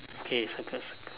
K circle circle